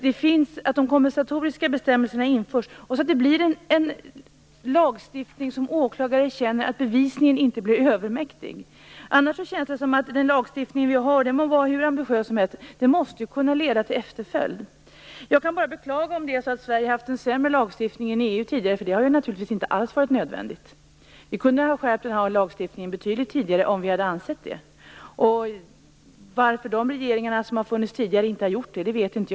De kompensatoriska bestämmelserna måste införas, så att det blir en sådan lagstiftning att åklagarna känner att bevisningen inte blir övermäktig. Den lagstiftning som vi har må vara hur ambitiös som helst, men den måste kunna leda till efterföljd. Jag kan bara beklaga om Sverige har haft en sämre lagstiftning än EU tidigare, men det har naturligtvis inte alls varit nödvändigt. Vi kunde ha skärpt lagstiftningen betydligt tidigare om vi hade velat. Varför tidigare regeringar inte har gjort det vet jag inte.